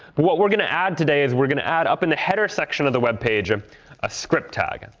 but what we're going to add today is we're going to add up in the header section of the web page, a ah script tag. and